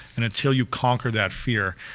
and until you conquer that fear,